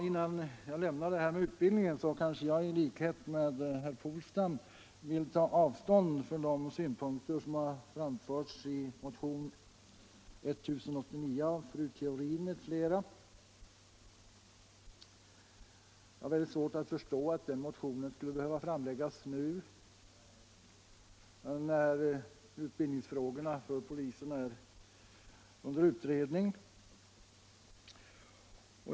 Innan jag lämnar detta med utbildningen vill jag i likhet med herr Polstam ta avstånd från de synpunkter som framförs i motionen 1089 av fru Theorin m.fl. Jag har väldigt svårt att förstå att den motionen skulle behöva väckas nu, när polisens utbildningsfrågor är under utredning.